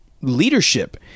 leadership